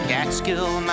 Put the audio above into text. Catskill